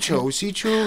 čia ausyčių